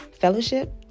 fellowship